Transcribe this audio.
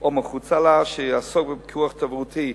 או מחוצה לו שיעסוק בפיקוח תברואתי.